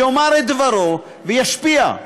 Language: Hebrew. יאמר את דברו וישפיע.